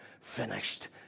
finished